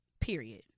Period